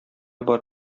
бар